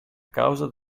causa